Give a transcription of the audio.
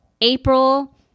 April